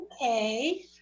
Okay